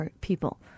people